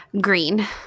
Green